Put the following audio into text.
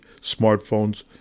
smartphones